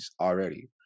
already